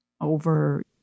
over